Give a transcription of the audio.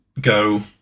go